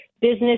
business